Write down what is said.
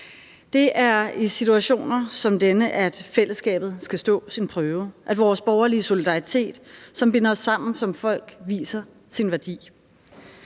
Det er i situationer som denne, at fællesskabet skal stå sin prøve, at vores borgerlige solidaritet, som binder os sammen som folk, viser sin værdi.